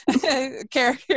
character